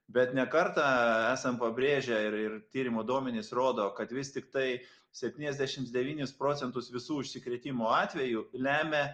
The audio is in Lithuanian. bet ne kartą esam pabrėžę ir ir tyrimo duomenys rodo kad vis tiktai septyniasdešims devynis procentus visų užsikrėtimo atvejų lemia